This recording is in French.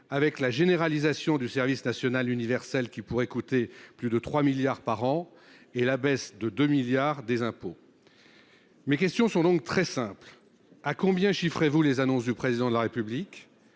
: généralisation du service national universel (SNU), qui pourrait coûter plus de 3 milliards d’euros par an, et baisse de 2 milliards d’euros des impôts. Mes questions sont donc très simples. À combien chiffrez vous les annonces du Président de la République ?